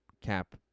cap